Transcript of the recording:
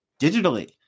digitally